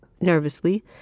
nervously